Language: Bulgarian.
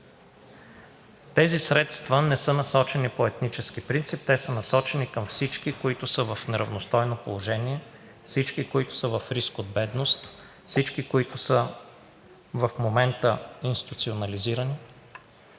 Тези средства не са насочени по етнически принцип. Те са насочени към всички, които са в неравностойно положение, всички, които са в риск от бедност, всички, които са в момента институционализирани,